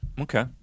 Okay